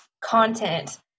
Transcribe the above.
content